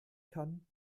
kann